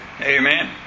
Amen